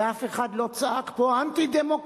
ואף אחד לא צעק פה: אנטי-דמוקרטי,